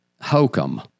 hokum